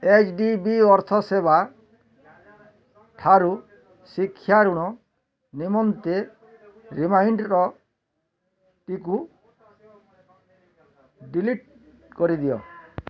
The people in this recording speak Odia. ଏଚ୍ ଡ଼ି ବି ଅର୍ଥ ସେବା ଠାରୁ ଶିକ୍ଷା ଋଣ ନିମନ୍ତେ ରିମାଇଣ୍ଡର୍ଟିକୁ ଡିଲିଟ୍ କରିଦିଅ